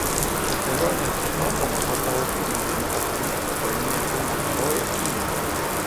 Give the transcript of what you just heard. po kelionės iš londono pas savo sūnų vincą sugrįžta pagrindinė filmo herojė inga